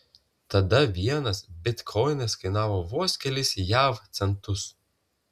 tada vienas bitkoinas kainavo vos kelis jav centus